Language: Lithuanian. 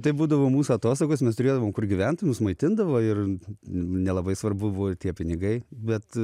tai būdavo mūsų atostogos mes turėdavom kur gyvent mus maitindavo ir nelabai svarbu buvo ir tie pinigai bet